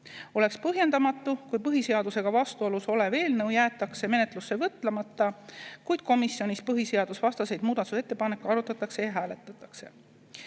Oleks põhjendamatu, kui põhiseadusega vastuolus olev eelnõu jäetakse menetlusse võtmata, kuid komisjonis põhiseadusvastaseid muudatusettepanekuid arutatakse ja hääletatakse.